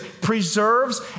preserves